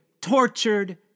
tortured